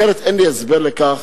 אחרת אין לי הסבר לכך,